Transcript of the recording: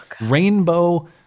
Rainbow